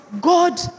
God